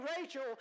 Rachel